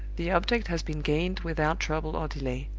the object has been gained without trouble or delay.